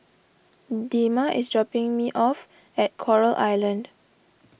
Dema is dropping me off at Coral Island